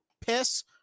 piss